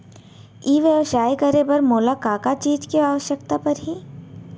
ई व्यवसाय करे बर मोला का का चीज के आवश्यकता परही?